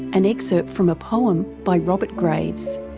an excerpt from a poem by robert graves